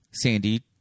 Sandy